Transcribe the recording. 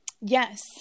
Yes